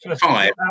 five